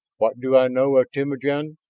what do i know of temujin?